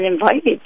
invited